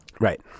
Right